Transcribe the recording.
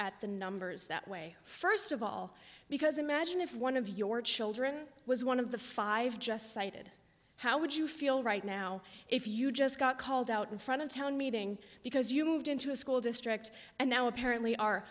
at the numbers that way first of all because imagine if one of your children was one of the five just cited how would you feel right now if you just got called out in front of town meeting because you moved into a school district and now apparently are